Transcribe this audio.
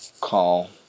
call